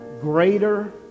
Greater